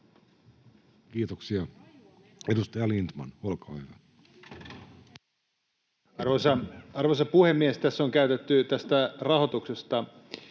Kiitoksia. — Edustaja Lindtman, olkaa hyvä. Arvoisa puhemies! Tässä on käytetty tästä rahoituksesta